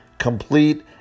complete